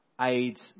aids